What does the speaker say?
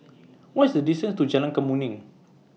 What IS The distance to Jalan Kemuning